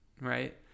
Right